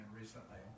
recently